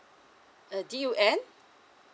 uh D_U_N